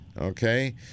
okay